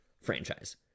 franchise